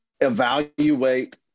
evaluate